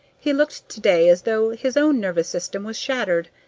he looked today as though his own nervous system was shattered.